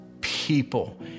people